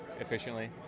efficiently